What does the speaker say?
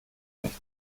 nicht